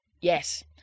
Yes